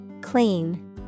Clean